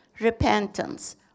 Repentance